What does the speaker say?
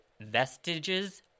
Vestiges